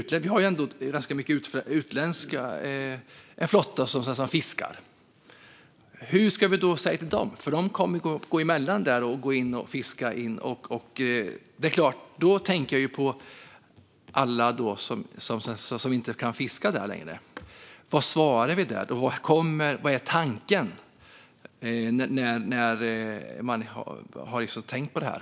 Vi har ju ändå en ganska stor utländsk flotta som fiskar här. Vad ska vi säga till dem? De kommer ju att gå emellan och gå in och fiska här. Jag tänker på alla som inte kan göra det längre. Vad svarar vi dem? Vad har tanken varit när man tänkt på detta?